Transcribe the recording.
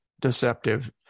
deceptive